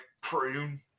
prune